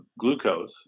glucose